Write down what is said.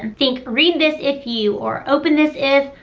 think read this if you, or open this if,